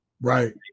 Right